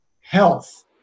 health